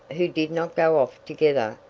who did not go off together,